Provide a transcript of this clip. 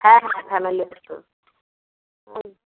হ্যাঁ হ্যাঁ ফ্যামিলির ট্যুর ওই